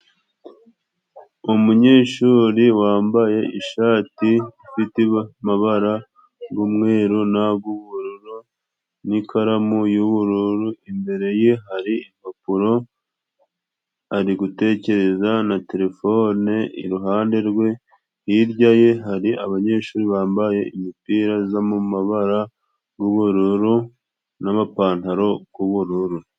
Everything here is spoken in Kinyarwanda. Umunyeshuri wambaye ishati ifite amabara g'umweru n'ag'ubururu n'ikaramu y'ubururu, imbere ye hari impapuro ari gutekereza na telefone iruhande rwe, hirya ye hari abanyeshuri bambaye imipira z'amabara g'ubururu n'amapantaro g'ubururu.